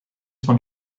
von